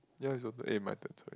ya it's also eh my turn sorry